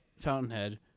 Fountainhead